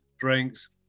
drinks